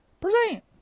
Present